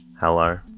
Hello